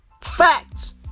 Facts